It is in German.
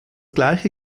gleiche